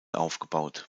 aufgebaut